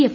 F